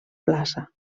plaça